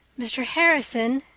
mr. harrison.